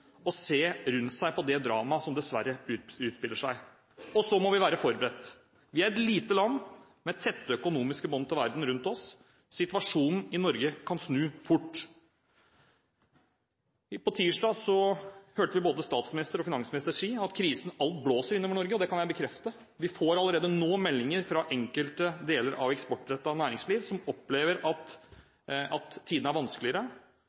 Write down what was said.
og se rundt seg på det dramaet som dessverre utspiller seg. Så må vi være forberedt. Vi er et lite land med tette økonomiske bånd til verden rundt oss. Situasjonen i Norge kan snu fort. På tirsdag hørte vi både statsministeren og finansministeren si at krisen alt blåser inn over Norge. Det kan jeg bekrefte. Vi får allerede nå meldinger fra enkelte deler av eksportrettet næringsliv som opplever at tidene er vanskeligere.